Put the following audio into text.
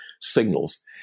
signals